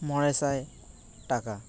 ᱢᱚᱬᱮ ᱥᱟᱭ ᱴᱟᱠᱟ